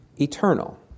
eternal